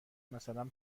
مثلا